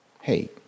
hey